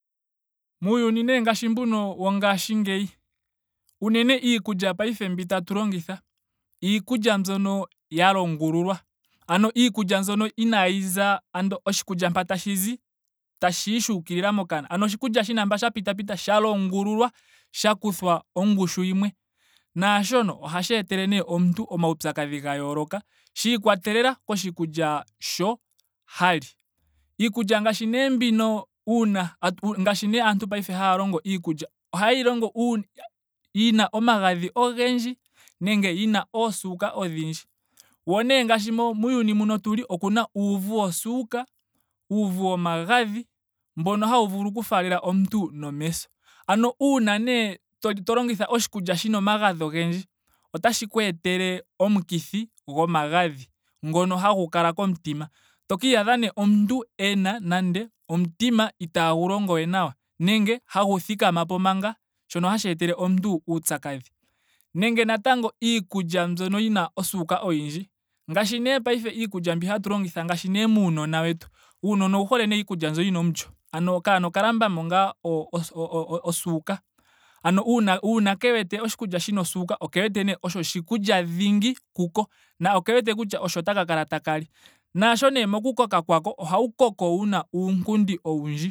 Muuyuni nee ngaashi mbu wongaashingeyi unene ikulya mbi paife tatu longitha. iikulya mbyoka ya longululwa. Ano iikulya mbyoka inaayi za ando oshikulya mpa tashi zi tashiyi shuukilila mokana. ano oshikulya shina mpa sha pita pita. sha longululwa. sha kuthwa ongushu yimwe. naashono ohashi etele nee omuntu omaupyakadhi ga yooloka shiikwatelela koshikulya sho ha li iikulya ngaashi nee mbino uuna ngaashi nee paife aantu haya longo iikulya. ohayeyi longo uun- yina omagadhi ogendji. ye nenge yina osuuka odhindji. Yo nee ngaashi muuyuni mbu tuli omuna uuvu wosuuka. uuvu womagadhi mbono hawu vulu oku faalela omuntu nomeso. Ano uuna nee to li to longitha oshikulya shina omagadhi ogendji otashi ku etele omukithi gomagadhi ngono hagu kala komutima. To ka iyadha nee omuntu ena nando omutima itaagu longo we nawa nenge hagu thikamapo manga shono hashi etele omuntu uupyakadhi. Nenge natango iiikulya mbyono yina osuuka oyindji. Ngaashi nee paife iikulya mbi hatu longitha ngaashi nee muunona wetu. uunona owu hole nee iikulya mbyo yina omulyo. ano okaana oka lambamo ngaa o- osuuka. Ano uuna ke wete oshikulya shina osuuka oke wete nee osho oshikulya dhingi kuko. na oke wete kutya osho taka kala taka li. Naasho nee moku koka kwako. ohwu koko wuna uunkundi owundji